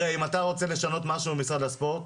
אם אתה רוצה לשנות משהו במשרד הספורט,